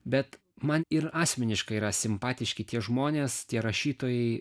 bet man ir asmeniškai yra simpatiški tie žmonės tie rašytojai